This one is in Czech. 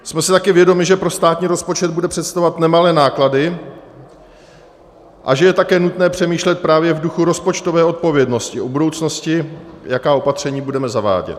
Jsme si také vědomi, že pro státní rozpočet bude představovat nemalé náklady a že je také nutné přemýšlet právě v duchu rozpočtové odpovědnosti o budoucnosti, jaká opatření budeme zavádět.